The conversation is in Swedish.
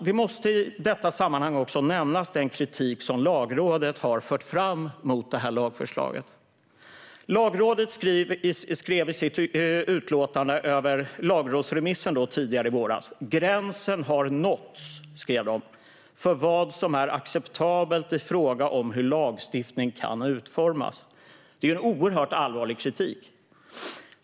Vi måste i detta sammanhang också nämna den kritik som Lagrådet har fört fram mot lagförslaget. Lagrådet skrev i sitt utlåtande över lagrådsremissen tidigare i våras "att gränsen här har nåtts för vad som är acceptabelt i fråga om hur lagstiftning kan utformas". Det är oerhört allvarlig kritik.